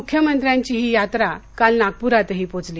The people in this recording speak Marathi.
मुख्यमंत्र्यांची ही यात्रा काल नागपुरातही पोचली